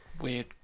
Weird